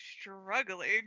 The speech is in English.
struggling